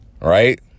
Right